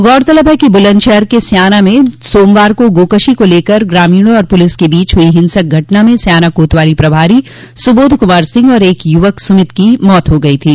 गौरतलब है कि बुलन्दशहर के स्याना में सोमवार को गोकशी को लेकर ग्रामीणों और पुलिस के बीच हुई हिंसक घटना में स्याना कोतवाली प्रभारी सुबोध कुमार सिंह और एक युवक सुमित की मौत हो गई थी